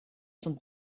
zum